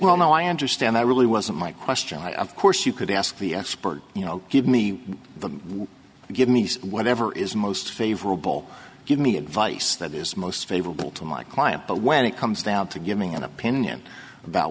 well no i understand i really wasn't my question i of course you could ask the expert you know give me the give me whatever is most favorable give me advice that is most favorable to my client but when it comes down to giving an opinion about